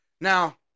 Now